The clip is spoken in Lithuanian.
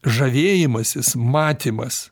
žavėjimasis matymas